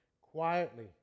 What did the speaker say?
quietly